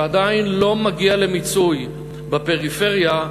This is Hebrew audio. שעדיין לא מגיע למיצוי, בפריפריה,